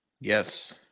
Yes